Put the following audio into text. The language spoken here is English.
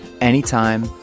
anytime